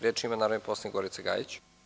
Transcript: Reč ima narodni poslanik Gorica Gajić.